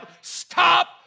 stop